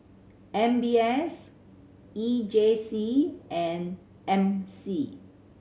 M B S E J C and M C